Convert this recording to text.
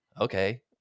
okay